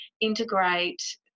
integrate